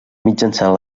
mitjançant